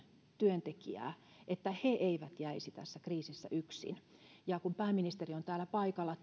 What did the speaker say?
työntekijää eivät jäisi tässä kriisissä yksin kun pääministeri on täällä paikalla